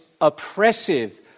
oppressive